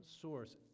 source